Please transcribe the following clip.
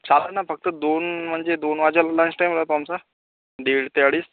चालेल ना फक्त दोन म्हणजे दोन वाजेला लंच टाईम राहतो आमचा दीड ते अडीच